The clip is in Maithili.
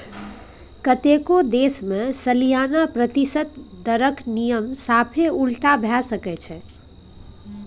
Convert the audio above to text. कतेको देश मे सलियाना प्रतिशत दरक नियम साफे उलटा भए सकै छै